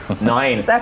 Nine